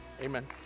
amen